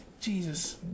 Jesus